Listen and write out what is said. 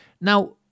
Now